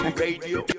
radio